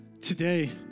Today